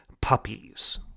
puppies